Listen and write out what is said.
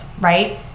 right